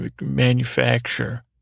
manufacture